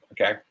Okay